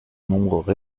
nombre